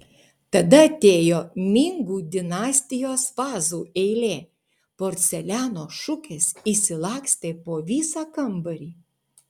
tada atėjo mingų dinastijos vazų eilė porceliano šukės išsilakstė po visą kambarį